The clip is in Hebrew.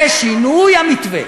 שינוי המתווה.